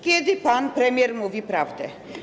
Kiedy pan premier mówi prawdę?